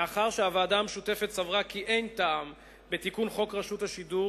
מאחר שהוועדה המשותפת סברה כי אין טעם בתיקון חוק רשות השידור